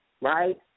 right